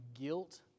guilt